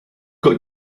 got